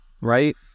right